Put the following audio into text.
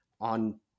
on